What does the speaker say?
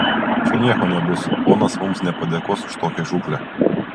čia nieko nebus ponas mums nepadėkos už tokią žūklę